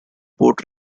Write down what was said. boat